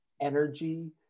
energy